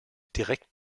direkten